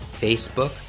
Facebook